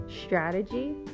strategy